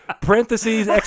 Parentheses